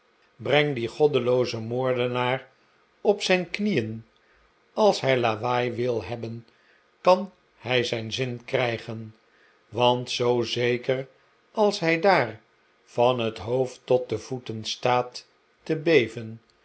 breng dien goddeloozen moordenaar op zijn knieen als hij lawaai wil hebben kan hij zijn zin krijgen want zoo zeker als hij daar van het hoofd tot de voeten staat te beven